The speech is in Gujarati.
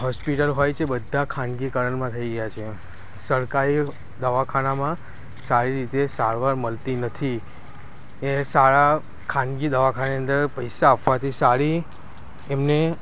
હોસ્પિટલ હોય છે બધાં ખાનગીકરણમાં થઇ ગયાં છે સરકારી દવાખાનામાં સારી રીતે સારવાર મળતી નથી એ સારા ખાનગી દવાખાનાની અંદર પૈસા આપવાથી સારી એમને